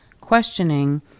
questioning